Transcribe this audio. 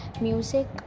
music